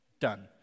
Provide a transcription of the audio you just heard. done